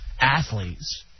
athletes